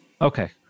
Okay